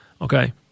Okay